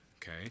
Okay